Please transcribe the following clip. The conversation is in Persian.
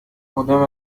مدام